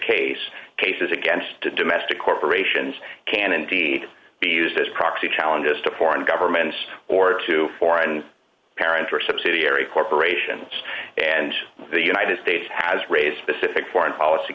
case cases against a domestic corporation can indeed be used as a proxy challenges to foreign governments or to foreign parents or subsidiary corporations and the united states has raised specific foreign policy